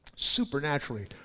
supernaturally